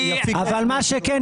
מה שכן,